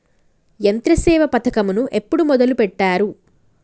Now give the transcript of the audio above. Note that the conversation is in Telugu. యంత్రసేవ పథకమును ఎప్పుడు మొదలెట్టారు?